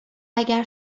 اگر